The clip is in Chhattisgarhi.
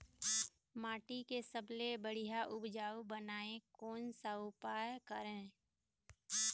माटी के सबसे बढ़िया उपजाऊ बनाए कोन सा उपाय करें?